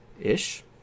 ish